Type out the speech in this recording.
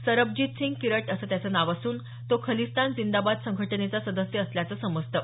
सरबजीतसिंग किरट असं त्याचं नाव असून तो खलिस्तान जिंदाबाद संघटनेचा सदस्य असल्याचं समजतं